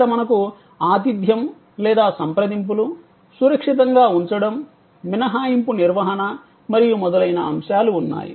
ఇక్కడ మనకు ఆతిథ్యం లేదా సంప్రదింపులు సురక్షితంగా ఉంచడం మినహాయింపు నిర్వహణ మరియు మొదలైన అంశాలు ఉన్నాయి